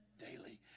daily